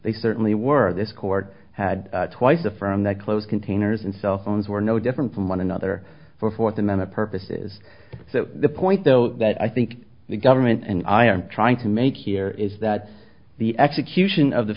they certainly were this court had twice the firm that closed containers and cell phones were no different from one another for a fourth and then a purposes so the point though that i think the government and i are trying to make here is that the execution of the